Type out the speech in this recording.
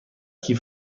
کیف